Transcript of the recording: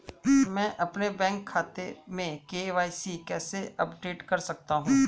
मैं अपने बैंक खाते में के.वाई.सी कैसे अपडेट कर सकता हूँ?